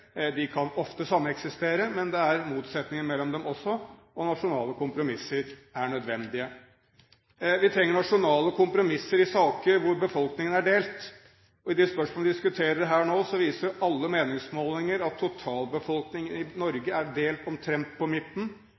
De kan ofte sameksistere, men det er motsetninger mellom dem også, og nasjonale kompromisser er nødvendige. Vi trenger nasjonale kompromisser i saker hvor befolkningen er delt. I spørsmålet vi diskuterer nå, viser alle meningsmålinger at totalbefolkningen i Norge er delt omtrent på midten.